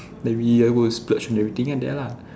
there be I go splurge everything at there lah